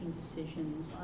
decisions